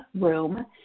room